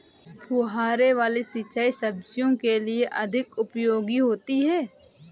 फुहारे वाली सिंचाई सब्जियों के लिए अधिक उपयोगी होती है?